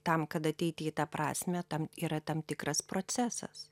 tam kad ateity tą prasmę tam yra tam tikras procesas